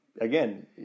again